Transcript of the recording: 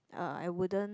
uh I wouldn't